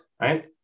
Right